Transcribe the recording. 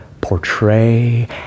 portray